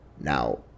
Now